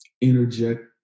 interject